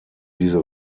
diese